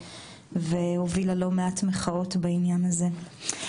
והובילה לא מעט מחאות בעניין הזה.